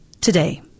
today